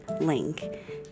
link